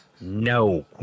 no